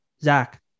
Zach